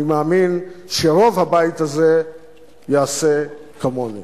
אני מאמין שרוב הבית הזה יעשה כמוני.